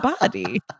body